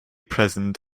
present